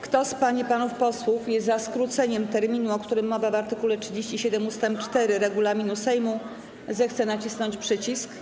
Kto z pań i panów posłów jest za skróceniem terminu, o którym mowa w art. 37 ust. 4 regulaminu Sejmu, zechce nacisnąć przycisk.